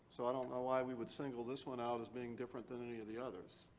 so i don't know why we would single this one out as being different than any of the others.